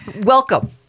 Welcome